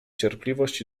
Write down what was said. cierpliwość